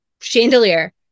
Chandelier